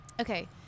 Okay